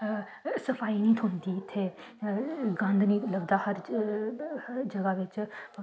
सफाई निं थ्होंदी उत्थें गंद लगदा हर जगह बिच